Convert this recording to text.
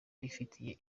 nifitiye